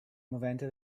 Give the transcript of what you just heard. movente